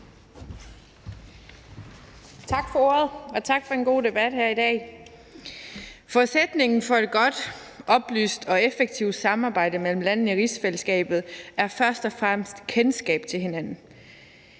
Tak for ordet, og tak for en god debat her i dag. Forudsætningen for et godt, oplyst og effektivt samarbejde mellem landene i rigsfællesskabet er først og fremmest kendskab til hinanden.